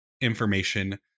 information